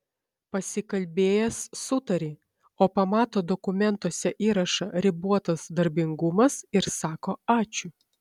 pasikalbėjęs sutari o pamato dokumentuose įrašą ribotas darbingumas ir sako ačiū